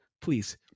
Please